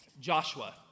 Joshua